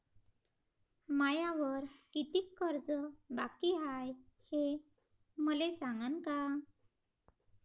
मायावर कितीक कर्ज बाकी हाय, हे मले सांगान का?